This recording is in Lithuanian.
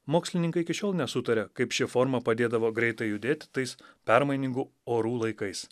mokslininkai iki šiol nesutaria kaip ši forma padėdavo greitai judėti tais permainingų orų laikais